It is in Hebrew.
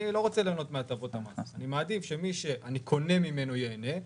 אני לא רוצה ליהנות מהטבות המס אלא אני מעדיף שמי שאני קונה ממנו ייהנה,